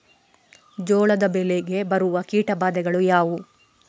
ಜೋಳದ ಬೆಳೆಗೆ ಬರುವ ಕೀಟಬಾಧೆಗಳು ಯಾವುವು?